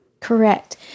Correct